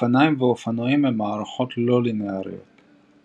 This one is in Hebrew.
אופניים ואופנועים הם מערכת לא ליניארית .